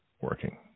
working